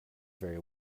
very